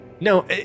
No